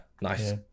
nice